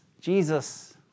Jesus